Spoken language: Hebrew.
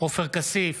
עופר כסיף,